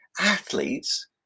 athletes